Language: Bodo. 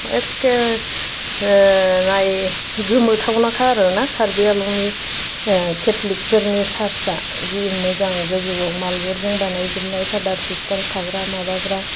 एक्के नाय गोमोथावनाखा आरो ना कार्बि आलंनि केथलिकफोरनि चार्सआ जि मोजां गोजौआव मार्बलजों बानायजोबनाय फाडार सिस्टार थाग्रा माबाग्रा